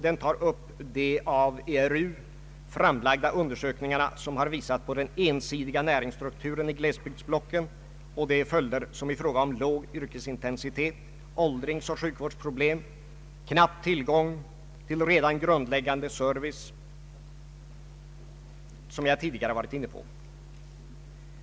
Den tar upp de av ERU framlagda undersökningarna, som har visat på den ensidiga näringsstrukturen i glesbygdsblocket och de följder i fråga om låg yrkesintensitet, åldringsoch sjukvårdsproblem samt knapp tillgång till grundläggande service som jag tidigare varit inne på.